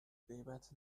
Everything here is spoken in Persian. غیبت